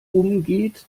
umgeht